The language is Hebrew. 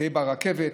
תהיה בו רכבת,